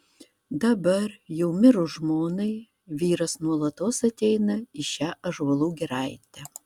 dabar jau mirus žmonai vyras nuolatos ateina į šią ąžuolų giraitę